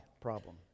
problem